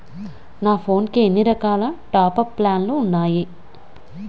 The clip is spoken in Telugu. నా ఫోన్ కి ఎన్ని రకాల టాప్ అప్ ప్లాన్లు ఉన్నాయి?